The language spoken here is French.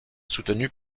soutenu